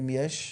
אם יש.